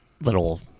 little